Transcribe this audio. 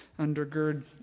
undergird